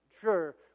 sure